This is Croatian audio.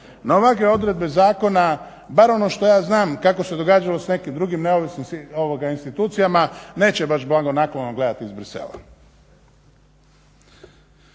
ovakve odredbe zakona barem ono što ja znam kako se događalo s nekim drugim institucijama neće baš blagonaklono gledati iz Bruxellesa.